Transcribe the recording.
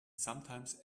sometimes